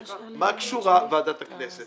מה קשורה ועדת הכנסת?